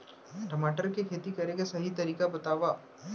टमाटर की खेती करे के सही तरीका बतावा?